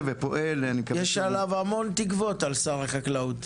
יש עליו המון תקוות על שר החקלאות.